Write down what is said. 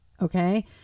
okay